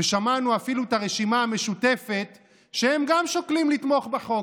ושמענו אפילו את הרשימה המשותפת שהם גם שוקלים לתמוך בחוק.